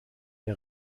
der